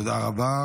תודה רבה.